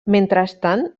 mentrestant